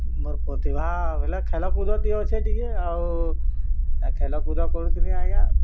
ମୋର ପ୍ରତିଭା ବୋଲେ ଖେଳକୁଦ ଟିଏ ଅଛି ଟିକେ ଆଉ ଖେଳକୁଦ କରୁଥିଲି ଆଜ୍ଞା